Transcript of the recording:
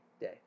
day